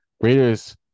Raiders